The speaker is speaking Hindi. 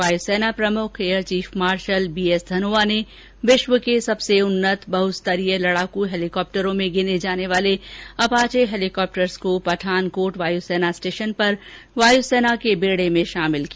वायुसेना प्रमुख air chief marshal BS Dhanoa ने विश्व के सबसे उन्नत बहुस्तरीय लड़ाकू हेलीकॉप्टरों में गिने जाने वाले अपाचे हेलिकॉप्टर्स को पठानकोट वायु सेना स्टेशन पर वायुसेना के बेड़े में शामिल किया